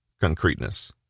concreteness